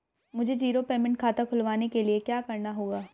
मुझे zero payment खाता खुलवाने के लिए क्या करना होगा?